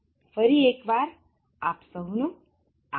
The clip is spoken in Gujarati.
ફરી એક વાર આભાર